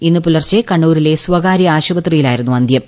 ഇന്ന് പുലർച്ചെ കണ്ണൂരിലെ സ്വകാര്യ ആശുപത്രിയിലായിരുന്നു അന്ത്യം